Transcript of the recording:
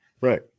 Right